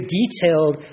detailed